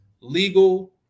legal